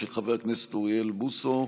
של חבר הכנסת אוריאל בוסו,